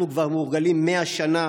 אנחנו כבר מורגלים מאה שנה